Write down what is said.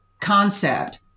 concept